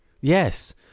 Yes